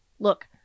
Look